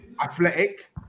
athletic